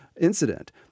incident